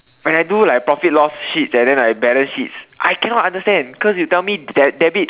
when I do like profit loss sheets and then like balance sheets I cannot understand cause you tell me that debit